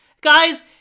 guys